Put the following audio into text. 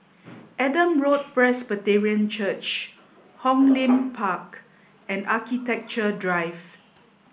Adam Road Presbyterian Church Hong Lim Park and Architecture Drive